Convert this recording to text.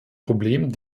problem